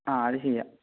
ആ അത് ചെയ്യാം